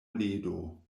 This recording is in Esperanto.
ledo